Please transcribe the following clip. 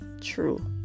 true